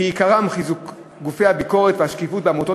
שעיקרם חיזוק גופי הביקורת והשקיפות בעמותות